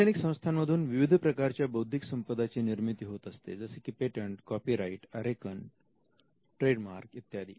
शैक्षणिक संस्थांमधून विविध प्रकारच्या बौद्धिक संपदा ची निर्मिती होत असते जसे की पेटंट कॉपीराइट आरेखन ट्रेडमार्क इत्यादी